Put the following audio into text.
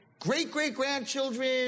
great-great-grandchildren